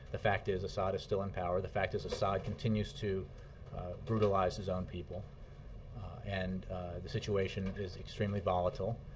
the fact is assad is still in power. the fact is assad continues to brutalize his own people and the situation is extremely volatile.